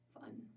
fun